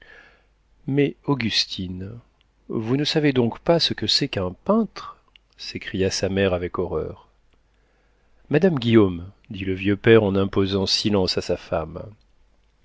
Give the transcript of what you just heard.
mais augustine vous ne savez donc pas ce que c'est qu'un peintre s'écria sa mère avec horreur madame guillaume dit le vieux père en imposant silence à sa femme